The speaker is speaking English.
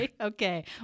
Okay